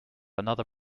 another